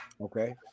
Okay